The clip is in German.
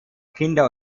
kinder